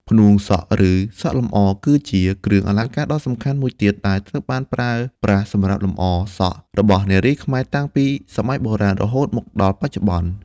ផ្នួងសក់ ឬសក់លម្អ គឺជាគ្រឿងអលង្ការដ៏សំខាន់មួយទៀត ដែលត្រូវបានប្រើប្រាស់សម្រាប់លម្អ សក់ របស់នារីខ្មែរតាំងពីសម័យបុរាណរហូតមកដល់បច្ចុប្បន្ន។